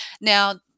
Now